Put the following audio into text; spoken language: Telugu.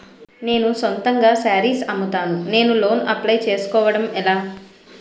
నేను సొంతంగా శారీస్ అమ్ముతాడ, నేను లోన్ అప్లయ్ చేసుకోవడం ఎలా?